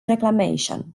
reclamation